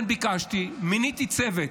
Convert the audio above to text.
מיניתי צוות,